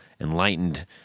enlightened